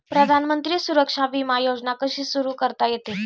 प्रधानमंत्री सुरक्षा विमा योजना कशी सुरू करता येते?